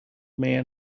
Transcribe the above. man